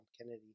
Kennedy